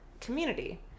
community